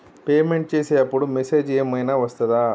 Payment చేసే అప్పుడు message ఏం ఐనా వస్తదా?